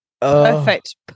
perfect